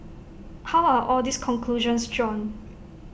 how are all these conclusions drawn